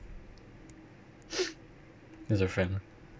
it's a friend lah